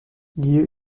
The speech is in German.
gier